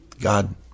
God